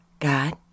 God